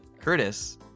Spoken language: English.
Curtis